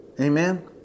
Amen